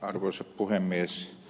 arvoisa puhemies